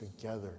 together